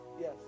yes